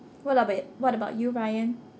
what about what about you bryan